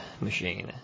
machine